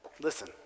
listen